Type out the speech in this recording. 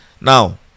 Now